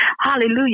Hallelujah